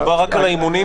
מדובר רק על האימונים.